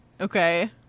okay